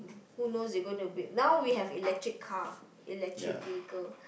who know you gonna to be now we have electric car electric vehicle